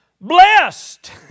Blessed